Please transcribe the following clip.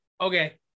Okay